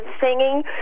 singing